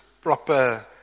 proper